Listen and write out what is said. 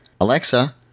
Alexa